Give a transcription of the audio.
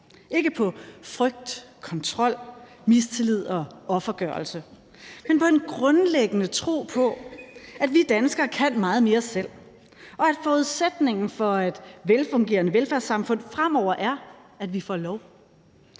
ikke på frygt, kontrol, mistillid og offergørelse, men på en grundlæggende tro på, at vi danskere kan meget mere selv, og at forudsætningen for et velfungerende velfærdssamfund fremover er, at vi får lov.